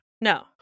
No